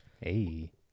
Hey